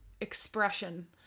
expression